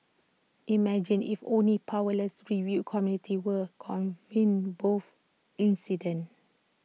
imagine if only powerless review committees were convened both incidents